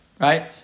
right